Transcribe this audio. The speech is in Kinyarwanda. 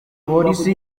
polisi